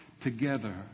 together